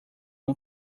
uma